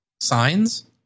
Signs